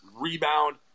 rebound